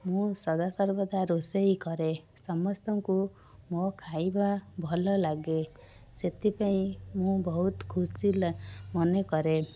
ମୁଁ ସଦାସର୍ବଦା ରୋଷେଇ କରେ ସମସ୍ତଙ୍କୁ ମୋ ଖାଇବା ଭଲ ଲାଗେ ସେଥିପାଇଁ ମୁଁ ବହୁତ ଖୁସି ମନେକରେ